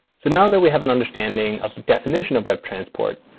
so now that we have an understanding of the definition of webtransport,